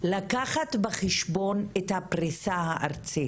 לקחת בחשבון את הפריסה הארצית.